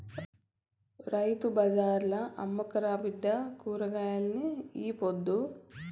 రైతు బజార్ల అమ్ముకురా బిడ్డా కూరగాయల్ని ఈ పొద్దు